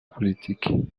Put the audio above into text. politique